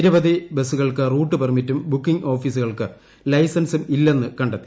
നിരവധി ബസുകൾക്ക് റൂട്ട് പെർമിറ്റും ബുക്കിംഗ് ഓഫീസുകൾക്ക് ലൈസൻസും ഇല്ലെന്ന് കണ്ടെത്തി